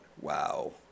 wow